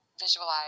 visualize